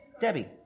Debbie